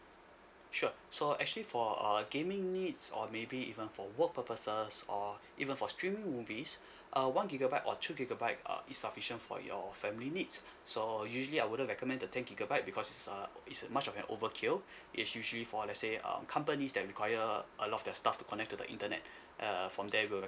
sure so actually for err gaming needs or maybe even for work purposes or even for streaming movies uh one gigabyte or two gigabyte uh is sufficient for your family needs so usually I wouldn't recommend the ten gigabyte because it's uh it's much of an overkill it's usually for let's say um companies that require a lot of their staff to connect to the internet err from there we'll